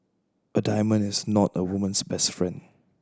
a diamond is not a woman's best friend